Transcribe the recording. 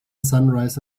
sunrise